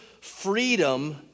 freedom